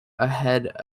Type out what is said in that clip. ahead